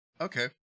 Okay